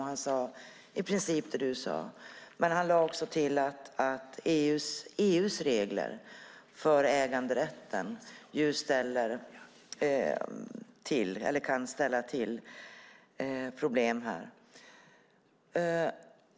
Han sade i princip det du, Eva Bengtson Skogsberg, sade, men han lade också till att EU:s regler för äganderätten kan ställa till problem här.